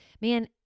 man